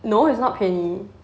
no it's not 便宜